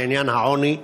בעניין העוני.